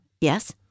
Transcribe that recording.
Yes